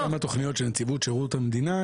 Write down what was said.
יש כמה תכניות של נציבות שירות המדינה,